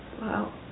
Wow